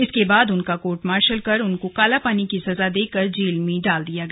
इसके बाद उनका कोर्ट मार्शल कर उनको कालापानी की सजा देकर जेल में डाल दिया गया